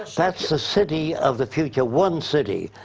that's the city of the future, one city.